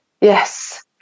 Yes